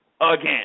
again